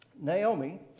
Naomi